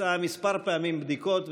ביצעה כמה פעמים בדיקות,